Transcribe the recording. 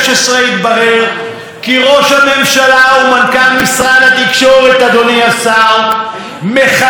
מחלקים מאות מיליונים לשאול אלוביץ' על חשבון הציבור,